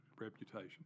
reputation